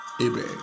Amen